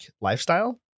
lifestyle